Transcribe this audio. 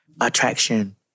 attraction